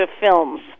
films